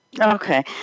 Okay